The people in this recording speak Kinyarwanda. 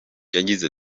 yagize